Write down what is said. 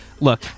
look